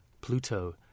Pluto